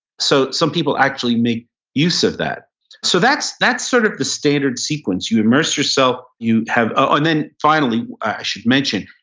so some people actually make use of that so that's that's sort of the standard sequence. you immerse yourself, you, and then finally i should mention.